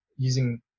using